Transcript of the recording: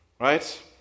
Right